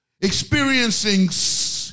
experiencing